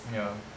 ya